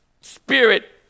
spirit